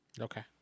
Okay